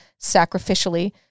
sacrificially